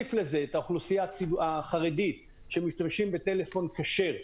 נוסיף לזה את האוכלוסייה החרדית שמשתמשת בטלפונים כשרים,